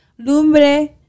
Lumbre